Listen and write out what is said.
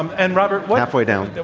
um and robert halfway down.